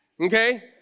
okay